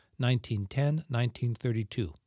1910-1932